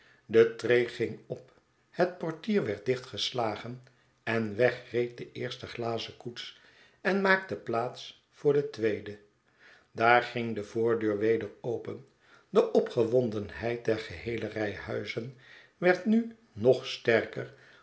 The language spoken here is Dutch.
de tree ging op het portier werd dicht geslagen en weg reed de eerste glazen koets en maakte plaats voor de tweede daar ging de voordeur weder open de opgewondenheid der geheele rij huizen werd nu nog sterker